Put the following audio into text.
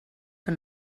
que